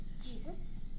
Jesus